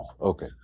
Okay